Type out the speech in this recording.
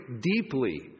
deeply